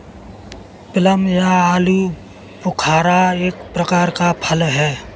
plum या आलूबुखारा एक प्रकार का फल है